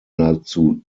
nahezu